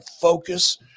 focus